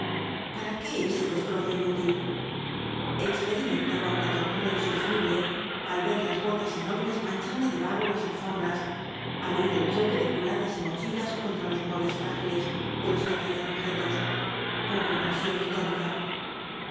para qué este destrozo inútil experimentaba una tortura insufrible al ver las botas enormes manchando de barro las alfombras al oir el choque de culatas y mochilas contra los muebles frágiles de los que caían objetos pobre mansión histórica